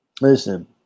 Listen